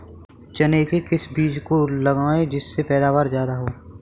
चने के किस बीज को लगाएँ जिससे पैदावार ज्यादा हो?